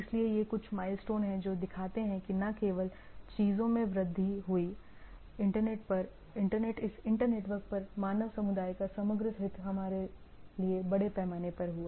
इसलिए ये कुछ माइलस्टोन हैं जो दिखाते हैं कि न केवल चीजों की वृद्धि हुई इंटरनेट इस इंटरनेटवर्क पर मानव समुदाय का समग्र हित हमारे लिए बड़े पैमाने पर हुआ